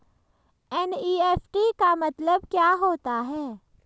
NEFT का मतलब क्या होता है?